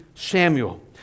Samuel